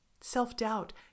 Self-doubt